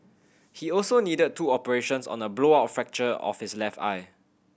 he also needed two operations on the blowout fracture of his left eye